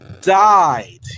Died